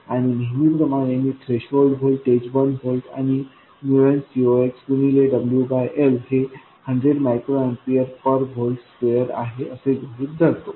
आणि नेहमीप्रमाणे मी थ्रेशोल्ड व्होल्टेज 1 व्होल्ट आणि nCox गुणिले WL हे 100 मायक्रो एम्पीयर पर व्होल्ट स्क्वेअर आहे असे गृहीत धरतो